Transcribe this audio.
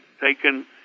taken